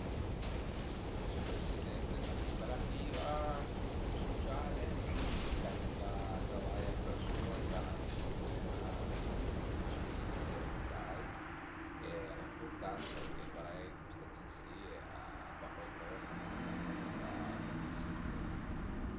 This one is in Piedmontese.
Sun vicepresidente dë 'na cuperativa sociale ca da travai a d'persun-e ch'al an prublema fisici e mentai e al ëmpurtant perché parei